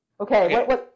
Okay